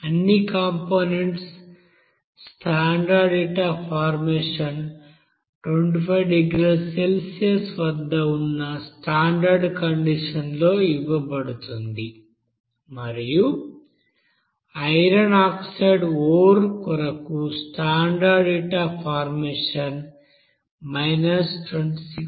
అన్ని compounds standard heat of formation 25 డిగ్రీల Celsius వద్ద ఉన్న స్టాండర్డ్ కండిషన్ లో ఇవ్వబడుతుంది మరియు ఐరన్ ఆక్సైడ్ ఓర్ కొరకు స్టాండర్డ్ హీట్ అఫ్ ఫార్మేషన్ 26